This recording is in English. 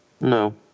No